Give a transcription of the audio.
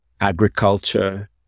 agriculture